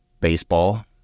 Baseball